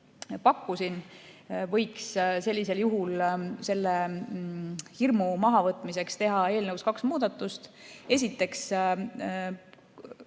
pakkusin, võiks sellisel juhul hirmu mahavõtmiseks teha eelnõus kaks muudatust. Esiteks,